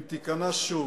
אם תיכנע שוב